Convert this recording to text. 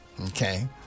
Okay